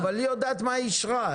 אבל היא יודעת מה היא אישרה.